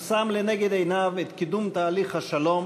שם לנגד עיניו את קידום תהליך השלום,